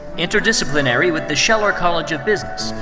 interdisciplinary with the scheller college of business,